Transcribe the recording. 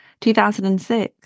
2006